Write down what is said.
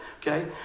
okay